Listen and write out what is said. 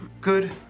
Good